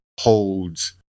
holds